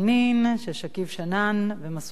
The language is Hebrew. של שכיב שנאן ומסעוד גנאים,